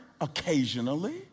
occasionally